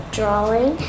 drawing